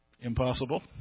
impossible